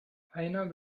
heiner